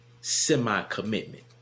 semi-commitment